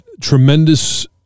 tremendous